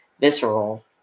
visceral